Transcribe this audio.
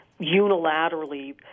unilaterally